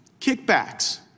kickbacks